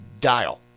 dial